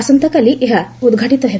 ଆସନ୍ତାକାଲି ଏହା ଉଦ୍ଘାଟିତ ହେବ